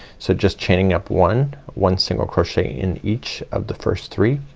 so just chaining up one, one single crochet in each of the first three